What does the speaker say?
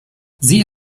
sie